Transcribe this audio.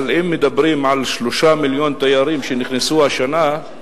אבל אם מדברים על 3 מיליון תיירים שנכנסו השנה,